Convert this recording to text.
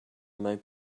might